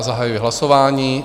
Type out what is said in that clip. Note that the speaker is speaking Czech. Zahajuji hlasování.